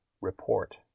report